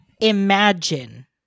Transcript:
imagine